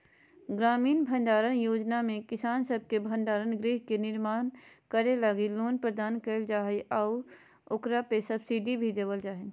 ग्रामीण भंडारण योजना में किसान सब के भंडार गृह के निर्माण करे लगी लोन प्रदान कईल जा हइ आऊ ओकरा पे सब्सिडी भी देवल जा हइ